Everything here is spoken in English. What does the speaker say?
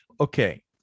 Okay